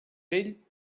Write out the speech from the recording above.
vell